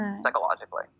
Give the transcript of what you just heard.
psychologically